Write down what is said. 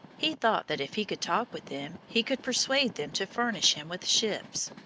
he thought that if he could talk with them he could persuade them to furnish him with ships.